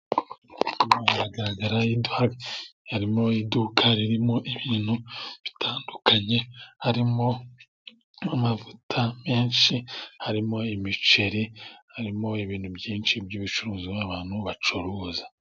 Biragaragara yuko harimo iduka ririmo ibintu bitandukanye, harimo amavuta menshi harimo imiceri harimo ibintu byinshi by'ibicuruzwa, abantu bacuruza.